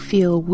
Feel